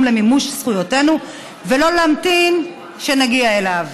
למימוש זכויותינו ולא להמתין שנגיע אליו.